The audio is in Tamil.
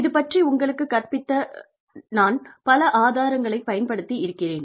இது பற்றி உங்களுக்குக் கற்பிக்க நான் பல ஆதாரங்களைப் பயன்படுத்தியிருக்கிறேன்